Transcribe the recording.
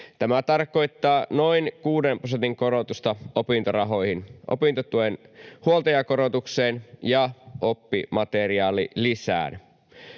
Tämä tarkoittaa noin 6 prosentin korotusta opintorahoihin, opintotuen huoltajakorotukseen ja oppimateriaalilisään.